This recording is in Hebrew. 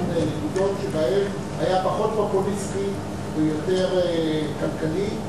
עמדות שבהן היה פחות פופוליסטי ויותר כלכלי.